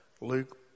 Luke